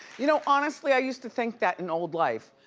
you know honestly, i used to think that in old life.